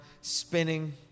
spinning